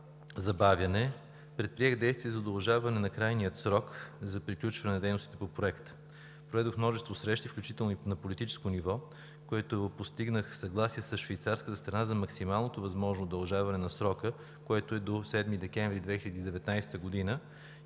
забавяне предприех действия за удължаване на крайния срок и за приключване на дейностите по Проекта, проведох множество срещи, включително и на политическо ниво, при което постигнах съгласие с швейцарската страна за максимално възможното удължаване на срока, което е до 7 декември 2019 г.,